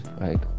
right